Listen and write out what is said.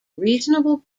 reasonable